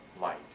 light